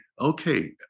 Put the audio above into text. okay